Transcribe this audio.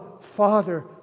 Father